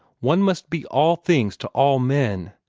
one must be all things to all men.